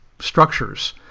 structures